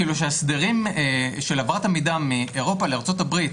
כאילו שההסדרים של העברת המידע מאירופה ל ארה"ב,